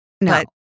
no